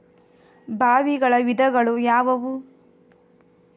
ಬಾವಿಗಳ ವಿಧಗಳು ಯಾವುವು?